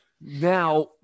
Now